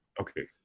Okay